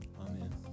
Amen